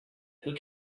who